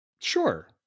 sure